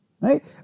right